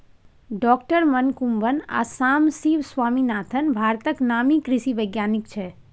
डॉ मनकुंबन आ सामसिब स्वामीनाथन भारतक नामी कृषि बैज्ञानिक छै